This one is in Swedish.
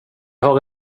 har